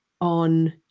on